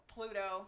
Pluto